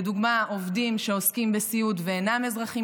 לדוגמה עובדים שעוסקים בסיעוד ואינם אזרחים